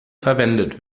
verwendet